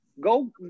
go